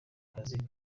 kazi